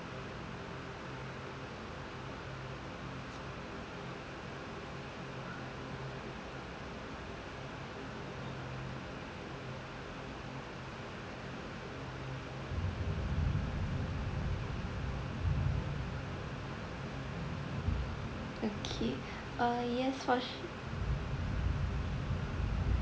okay uh yes for sure